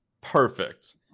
perfect